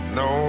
no